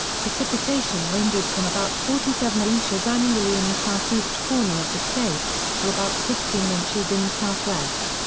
precipitation ranges from about forty seven inches annually in the southeast corner of the state, to about sixteen inches in the southwest.